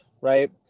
right